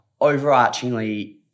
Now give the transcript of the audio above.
overarchingly